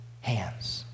hands